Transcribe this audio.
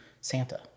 Santa